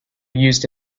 used